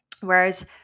Whereas